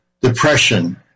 depression